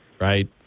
Right